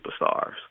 superstars